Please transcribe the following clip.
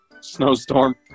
snowstorm